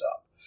up